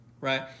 right